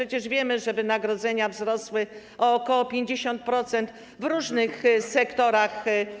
Przecież wiemy, że wynagrodzenia wzrosły o ok. 50% w różnych sektorach.